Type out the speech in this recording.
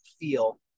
feel